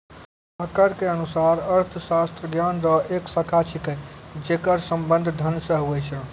walker के अनुसार अर्थशास्त्र ज्ञान रो एक शाखा छिकै जेकर संबंध धन से हुवै छै